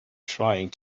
trying